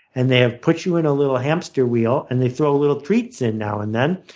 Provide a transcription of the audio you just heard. and they have put you in a little hamster wheel and they throw little treats in now and then.